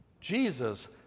Jesus